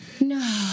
No